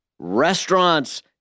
restaurants